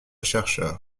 chercheurs